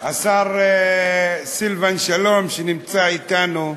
השר סילבן שלום, שנמצא אתנו,